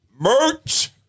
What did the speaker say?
Merch